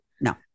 no